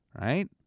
right